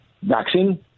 vaccine